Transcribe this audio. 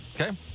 Okay